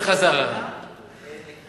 אבל על אדמות מדינה, לא אדמות פרטיות.